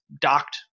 docked